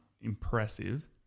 impressive